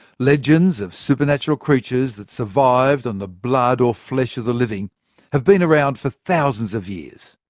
legends of supernatural creatures that survived on the blood or flesh of the living have been around for thousands of years.